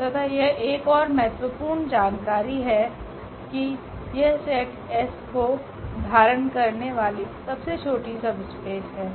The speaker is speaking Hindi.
तथा यह एक ओर महत्वपूर्ण जानकारी है की यह सेट S को धारण करने वाली सबसे छोटी सबस्पेस है